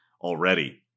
already